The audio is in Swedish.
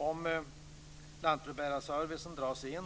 Om lantbrevbärarservicen dras in